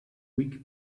week